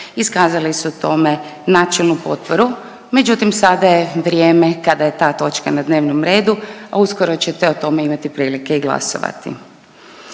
iskazali su tome načelnu potporu, međutim sada je vrijeme kada je ta točka na dnevnom redu, a uskoro ćete o tome imati prilike i glasovati.